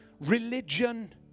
religion